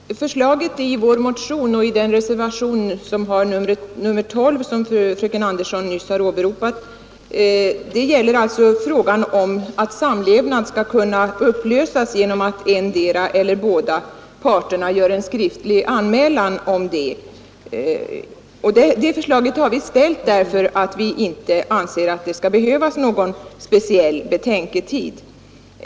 Fru talman! Förslaget i vår motion och i den reservation som har nr 12 och som fröken Anderson nyss åberopat gäller frågan om att samlevnad skall kunna upplösas genom att endera eller båda gör en skriftlig anmälan om det. Det förslaget har vi ställt därför att vi inte anser att det skall behövas någon speciell betänketid.